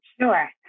Sure